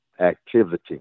activity